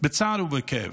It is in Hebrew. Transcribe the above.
בצער ובכאב: